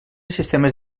sistemes